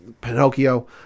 Pinocchio